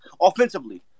offensively